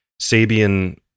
Sabian